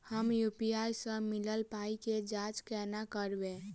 हम यु.पी.आई सअ मिलल पाई केँ जाँच केना करबै?